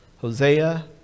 Hosea